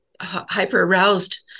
hyper-aroused